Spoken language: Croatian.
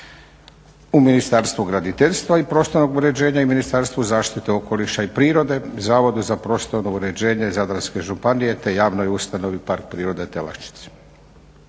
u Ministarstvu graditeljstva i prostornog uređenja i Ministarstvu zaštite okoliša i prirode, Zavodu za prostorno uređenje Zadarske županije te javnoj ustanovi Park prirode Telaščica.